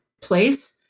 place